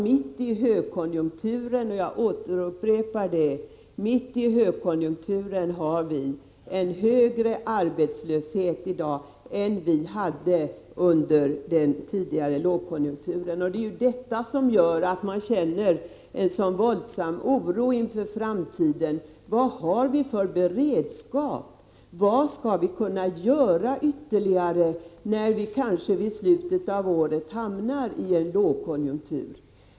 Mitt i högkonjunkturen — jag upprepar det — har vi i dag en högre arbetslöshet än under den tidigare lågkonjunkturen. Det är detta som gör att man känner en sådan stark oro inför framtiden. Man frågar sig: Vilken beredskap har vi? Vad kan vi göra ytterligare, när vi i slutet av nästa år kanske hamnar i en lågkonjunktur?